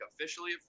officially